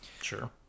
sure